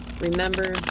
Remember